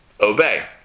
obey